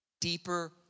deeper